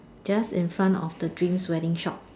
just in front of the dreams wedding shop